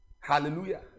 Hallelujah